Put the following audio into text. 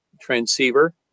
transceiver